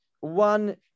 one